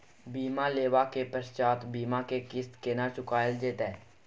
बीमा लेबा के पश्चात बीमा के किस्त केना चुकायल जेतै?